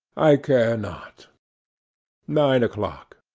i care not nine o'clock.